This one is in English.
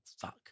Fuck